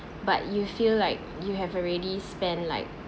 but you feel like you have already spend like